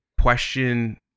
question